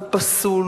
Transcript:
הוא פסול,